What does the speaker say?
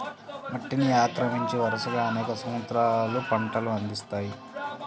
మట్టిని ఆక్రమించి, వరుసగా అనేక సంవత్సరాలు పంటలను అందిస్తాయి